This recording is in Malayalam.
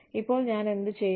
ഇപ്പോൾ ഞാൻ എന്ത് ചെയ്യണം